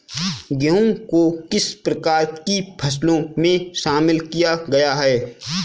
गेहूँ को किस प्रकार की फसलों में शामिल किया गया है?